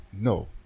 No